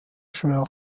schwören